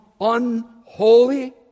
Unholy